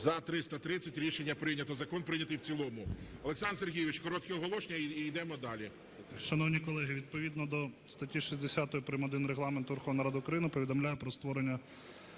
За-330 Рішення прийнято. Закон прийнятий в цілому. Олександр Сергійович, коротке оголошення і йдемо далі.